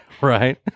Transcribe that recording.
Right